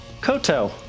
Koto